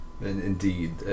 Indeed